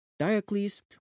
Diocles